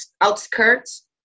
outskirts